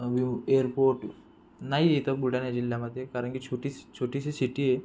airport नाही आहे इथं बुलढाणा जिल्ह्यामधे कारण की छोटीशी छोटीशी सिटी आहे